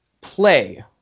play